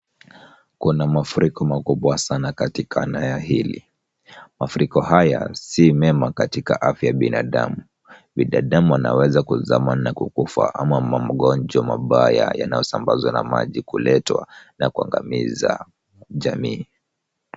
Kuna mafuriko makubwa sana katika inaya hili ,mafuriko haya si mema ikatika afya ya binadamu , binadamu wanaweza kuzama na kukufa ama magonjwa mabaya yanayosambazwa na maji kuletwa na kuangamiza jamii.